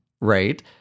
right